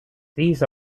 these